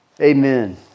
Amen